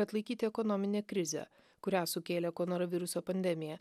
atlaikyti ekonominę krizę kurią sukėlė konoro viruso pandemija